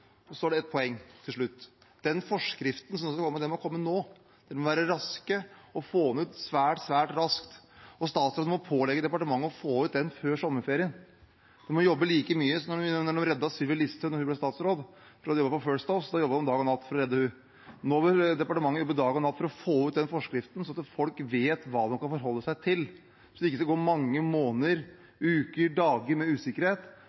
det? Så er det et poeng til slutt: Den forskriften som skal komme, må komme nå. Man må være raske og få ut den forskriften svært, svært raskt. Statsråden må pålegge departementet å få ut den før sommerferien. Man må jobbe like mye som da man reddet Sylvi Listhaug da hun ble statsråd fordi hun hadde jobbet på First House. Da jobbet man dag og natt for å redde henne. Nå må departementet jobbe dag og natt for å få ut den forskriften, slik at folk vet hva de kan forholde seg til, så man ikke skal gå mange måneder – dager og uker – med usikkerhet.